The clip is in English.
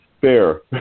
fair